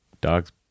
dog's